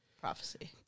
Prophecy